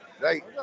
Right